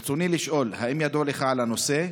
ברצוני לשאול: 1. האם ידוע לך על הנושא?